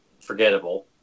forgettable